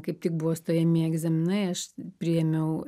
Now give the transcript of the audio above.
kaip tik buvo stojamieji egzaminai aš priėmiau